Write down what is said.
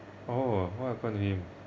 oh what happened to him